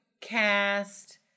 cast